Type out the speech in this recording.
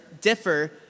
differ